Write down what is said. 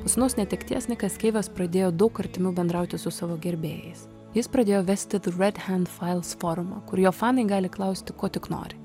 po sūnaus netekties nikas keivas pradėjo daug artimiau bendrauti su savo gerbėjais jis pradėjo vesti ze red hend fails forumą kur jo fanai gali klausti ko tik nori